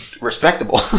Respectable